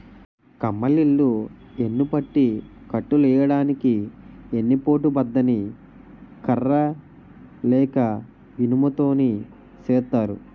కమ్మలిల్లు యెన్నుపట్టి కట్టులెయ్యడానికి ఎన్ని పోటు బద్ద ని కర్ర లేక ఇనుము తోని సేత్తారు